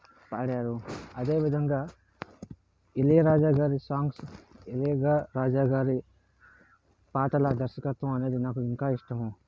పాడారు అదే విధంగా ఇళయ రాజాగారి సాంగ్స్ ఇళయ రాజాగారి పాటల దర్శకత్వం అనేది నాకు ఇంకా ఇష్టము